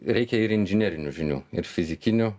reikia ir inžinerinių žinių ir fizikinių